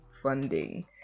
funding